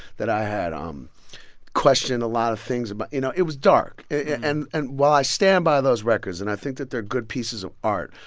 that i had um questioned a lot of things. but you know, it was dark. yeah and and while i stand by those records and i think that they're good pieces of art,